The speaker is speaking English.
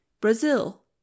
Brazil